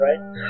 right